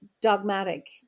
dogmatic